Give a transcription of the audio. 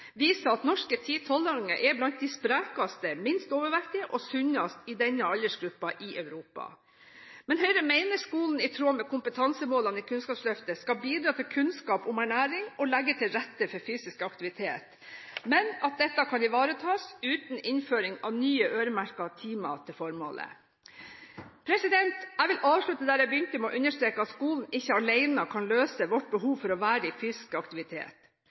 viser at norske 10–12-åringer er blant de sprekeste, sunneste og minst overvektige i denne aldersgruppen i Europa. Høyre mener at skolen – i tråd med kompetansemålene i Kunnskapsløftet – skal bidra til kunnskap om ernæring og legge til rette for fysisk aktivitet, men at dette kan ivaretas uten innføring av nye øremerkede timer til formålet. Jeg vil avslutte der jeg begynte, med å understreke at skolen alene ikke kan løse vårt behov for å være i fysisk aktivitet.